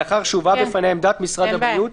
לאחר שהובאה בפניה עמדת משרד הבריאות,